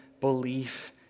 belief